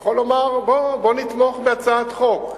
יכול לומר, בוא נתמוך בהצעת חוק.